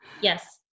Yes